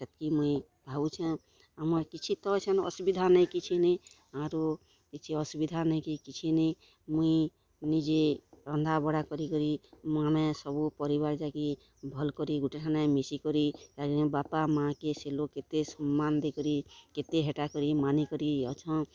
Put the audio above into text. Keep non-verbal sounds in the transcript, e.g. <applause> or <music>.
ହେତ୍କି ମୁଇଁ ଭାବୁଛେଁ ଆମର୍ କିଛି ତ ଏଛେନ୍ ଅସୁବିଧା ନାଇ କିଛି ନାଇ ଆରୁ କିଛି ଅସୁବିଧା ନାଇ କି କିଛି ନାଇ ମୁଇଁ ନିଜେ ରନ୍ଧାବଢ଼ା କରିକରି ମୋର୍ନେ ସବୁ ପରିବାର୍ ଯା'କେ ଭଲ୍କରି ଗୁଟେ ଠାନେ ମିଶିକରି <unintelligible> ବାପା ମାଆକେ ସେ ଲୋକ୍ କେତେ ସମ୍ମାନ୍ ଦେଇକରି କେତେ ହେଟା କରି ମାନିକରି ଅଛନ୍